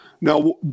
Now